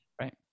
Right